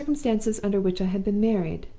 to the circumstances under which i had been married,